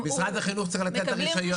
משרד החינוך צריך לתת לך רישיון.